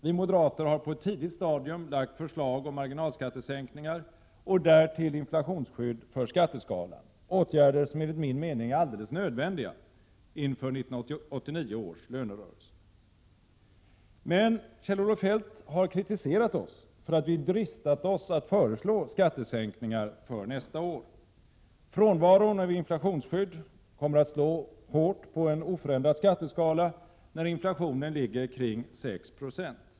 Vi moderater har på ett tidigt stadium lagt förslag om marginalskattesänkningar och därtill inflationsskydd för skatteskalan — åtgärder som enligt min mening är helt nödvändiga inför 1989 års lönerörelse. Men Kjell-Olof Feldt har kritiserat oss för att vi dristat oss att föreslå skattesänkningar för nästa år. Frånvaron av inflationsskydd kommer att slå hårt på en oförändrad skatteskala, när inflationen ligger kring 6 90.